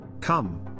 Come